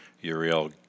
Uriel